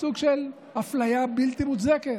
סוג של אפליה בלתי מוצדקת,